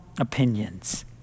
Opinions